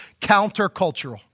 countercultural